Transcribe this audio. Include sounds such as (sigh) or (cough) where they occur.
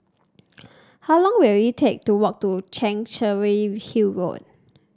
(noise) how long will it take to walk to Chancery Hill Road